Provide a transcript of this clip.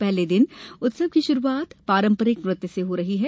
पहले दिन उत्सव की शुरूआत पारम्परिक नृत्य से हो रही है